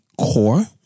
core